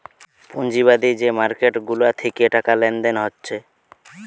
পুঁজিবাদী যে মার্কেট গুলা থিকে টাকা লেনদেন হচ্ছে